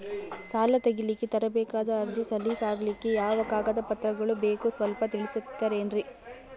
ಸಾಲ ತೆಗಿಲಿಕ್ಕ ತರಬೇಕಾದ ಅರ್ಜಿ ಸಲೀಸ್ ಆಗ್ಲಿಕ್ಕಿ ಯಾವ ಕಾಗದ ಪತ್ರಗಳು ಬೇಕು ಸ್ವಲ್ಪ ತಿಳಿಸತಿರೆನ್ರಿ?